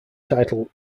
title